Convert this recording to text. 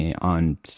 on